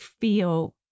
feel